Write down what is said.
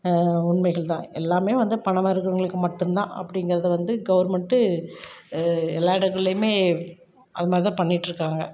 உண்மைகள் தான் எல்லாமே வந்து பணமிருக்கிறவங்களுக்கு மட்டும் தான் அப்டிங்கிறத வந்து கவர்மெண்ட்டு எல்லா இடங்கள்லேயுமே அது மாதிரி தான் பண்ணிட்டுருக்காங்க